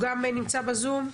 הוא גם נמצא בזום.